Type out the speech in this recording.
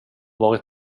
varit